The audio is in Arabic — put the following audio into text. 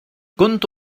كنت